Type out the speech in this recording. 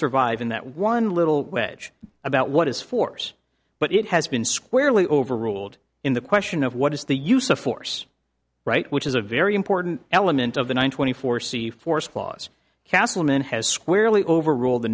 survive in that one little wage about what is force but it has been squarely overruled in the question of what is the use of force right which is a very important element of the one twenty four c force clause castleman has squarely overruled the